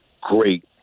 great